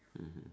mmhmm